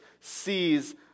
sees